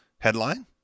Headline